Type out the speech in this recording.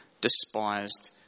despised